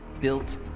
built